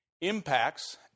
Impacts